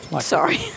Sorry